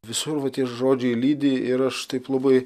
visur va tie žodžiai lydi ir aš taip labai